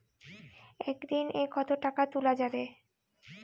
একদিন এ কতো টাকা তুলা যাবে?